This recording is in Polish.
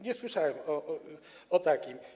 Nie słyszałem o takim.